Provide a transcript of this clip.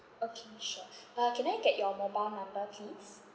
okay sure uh can I get your mobile number please